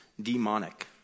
demonic